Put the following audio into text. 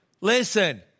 Listen